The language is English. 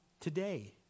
today